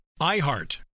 iheart